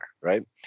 right